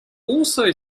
also